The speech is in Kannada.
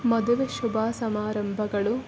ಮದುವೆ ಶುಭ ಸಮಾರಂಭಗಳು